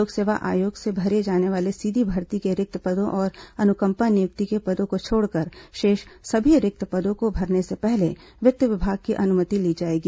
लोक सेवा आयोग से भरे जाने वाले सीधी भर्ती के रिक्त पदों और अनुकंपा नियुक्ति के पदों को छोड़कर शेष सभी रिक्त पदों को भरने के पहले वित्त विभाग की अनुमति ली जाएगी